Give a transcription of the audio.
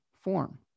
form